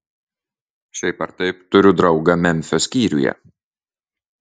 šiaip ar taip turiu draugą memfio skyriuje